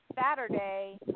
saturday